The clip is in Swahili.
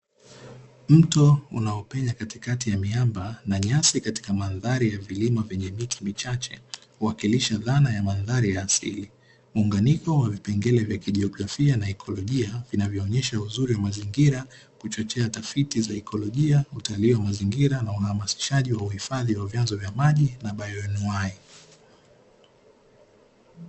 Mto unaopenya katikati ya miamba na nyasi katika madhari ya vilima vyenye miti michache huwakilisha dhana ya madhari ya asili. Muunganiko wa vipengele vya kijiografia na ikolojia vinavyo onesha uzuri wa mazingira, kuchochea tafiti za ikolojia, utalii wa mazingira na uhamasishaji wa uhifadhi wa vyanzo vya maji na bayoniuhai.